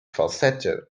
falsetto